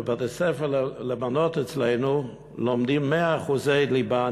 בבתי-ספר לבנות אצלנו לומדים 100% ליבה,